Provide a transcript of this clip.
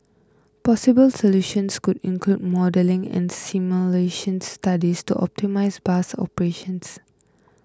possible solutions could include modelling and simulation studies to optimise bus operations